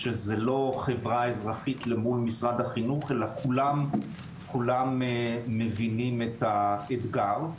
שזו לא חברה אזרחית למול משרד החינוך אלא כולם מבינים את האתגר.